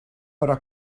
però